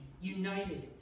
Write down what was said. united